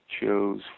chose